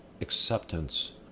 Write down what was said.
acceptance